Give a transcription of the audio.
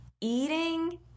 eating